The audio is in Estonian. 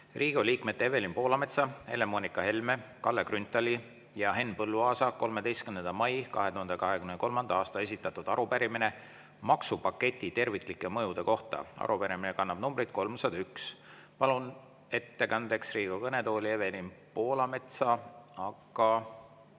Riigikogu liikmete Evelin Poolametsa, Helle-Moonika Helme, Kalle Grünthali ja Henn Põlluaasa 13. mail 2023. aastal esitatud arupärimine maksupaketi terviklike mõjude kohta. Arupärimine kannab numbrit 301. Palun ettekandeks Riigikogu kõnetooli Evelin Poolametsa. Aga